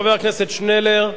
חבר הכנסת עתניאל שנלר,